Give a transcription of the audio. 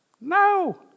No